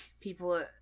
people